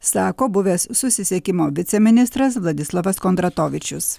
sako buvęs susisiekimo viceministras vladislavas kondratovičius